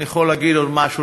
אני יכול להגיד עוד משהו,